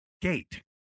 gate